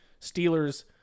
Steelers